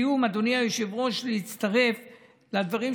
כציוני אמיתי הוא ידע לעשות זאת גם כשהתמנה לנשיא